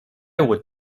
would